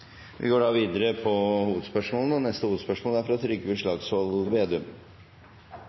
Vi går videre til neste hovedspørsmål. Norge er